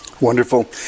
Wonderful